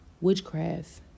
witchcraft